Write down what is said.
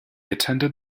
attended